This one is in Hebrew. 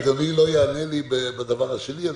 אדוני לא יענה לי בדבר השני.